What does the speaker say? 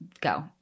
go